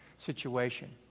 Situation